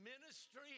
ministry